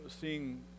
seeing